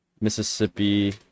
Mississippi